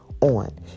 On